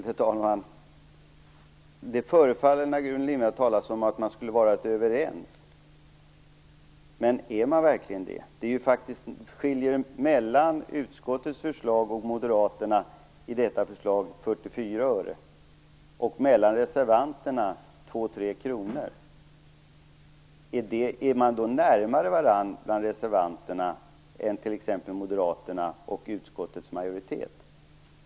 Herr talman! Det förefaller när Gudrun Lindvall talar som om reservanterna skulle vara överens. Men är de verkligen det? Det skiljer mellan utskottets förslag och moderaternas förslag 44 öre, och mellan reservanterna 2-3 kr. Är reservanterna då närmare varandra än t.ex. moderaterna och utskottets majoritet?